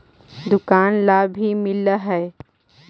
दुकान ला भी मिलहै?